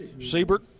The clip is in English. Siebert